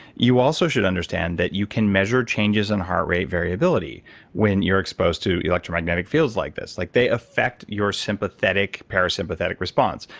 you also should understand that you can measure changes in heart rate variability when you're exposed to electromagnetic fields like this. like they affect sympathetic, parasympathetic response.